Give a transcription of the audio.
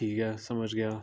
ٹھیک ہے سمجھ گیا